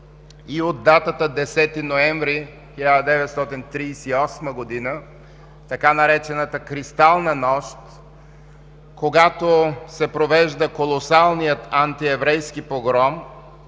и от датата 10 ноември 1938 г., така наречената „Кристална нощ”, когато се провежда колосалният антиеврейски погром